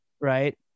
Right